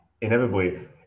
inevitably